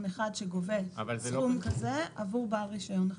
אחד שגובה סכום כזה עבור בעל רישיון אחר.